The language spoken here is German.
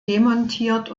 demontiert